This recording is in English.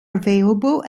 available